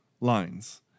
lines